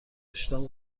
پوشیدن